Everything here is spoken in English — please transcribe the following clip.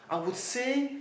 I would say